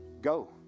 Go